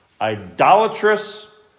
idolatrous